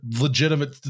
legitimate